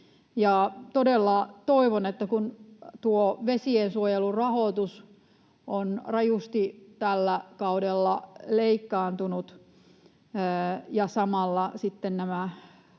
Todella toivon, että kun tuo vesiensuojelun rahoitus on rajusti tällä kaudella leikkaantunut ja sitten